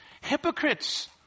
hypocrites